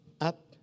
up